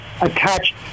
attached